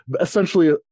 essentially